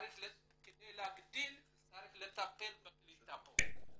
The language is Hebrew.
וכדי להגדילה צריך לטפל בקליטה כאן.